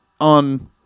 on